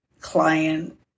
client